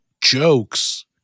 jokes